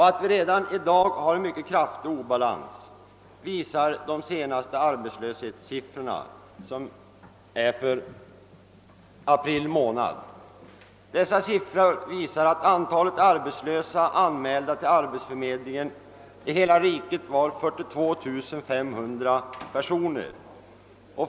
Att vi redan i dag har en mycket kraftig obalans visar de senaste arbetslöshetssiffrorna, som gäller april månad. Dessa siffror visar att antalet ar betslösa, anmälda till arbetsförmedlingen, i hela riket var 42 500 personer.